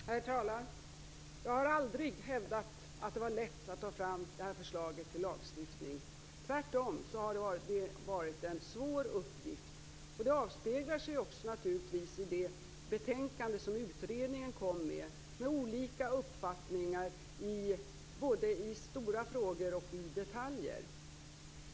Herr talman! Jag har aldrig hävdat att det var lätt att ta fram det här förslaget till lagstiftning. Tvärtom har det varit en svår uppgift, och det avspeglar sig naturligtvis också i det betänkande som utredningen lade fram, med olika uppfattningar både i stora frågor och i detaljer.